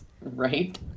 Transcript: Right